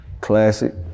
Classic